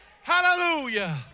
Hallelujah